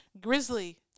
grizzly